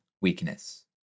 weakness